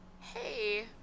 Hey